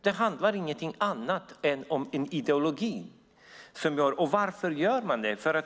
Det handlar inte om någonting annat än om ideologi. Varför gör man det?